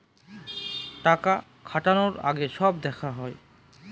টাকা খাটানোর আগে সব দেখা হয়